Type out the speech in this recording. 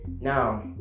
now